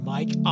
Mike